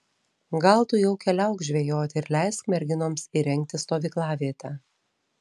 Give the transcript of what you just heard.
gal tu jau keliauk žvejoti ir leisk merginoms įrengti stovyklavietę